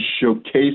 showcase